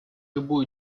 любую